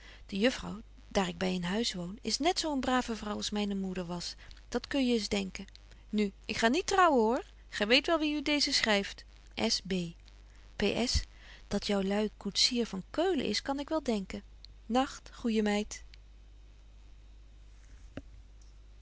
de juffrouw daar ik by in huis woon is net zo een brave vrouw als myne moeder was dan kun je eens denken nu ik ga niet trouwen hoor gy weet wel wie u deezen schryft ps dat joului koetsier van keulen is kan ik wel denken nagt goeje meid